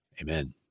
amen